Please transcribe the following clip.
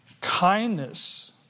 Kindness